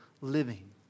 living